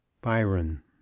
BYRON